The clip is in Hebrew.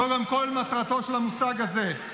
זו גם כל מטרתו של המושג הזה.